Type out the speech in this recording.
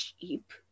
cheap